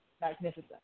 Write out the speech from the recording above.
magnificent